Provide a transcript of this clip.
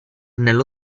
nello